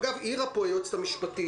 אגב, העירה פה היועצת המשפטית